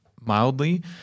mildly